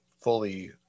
fully